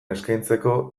eskaintzeko